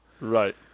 Right